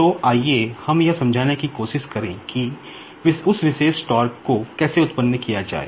तो आइए हम यह समझाने की कोशिश करें कि उस विशेष को कैसे उत्पन्न किया जाए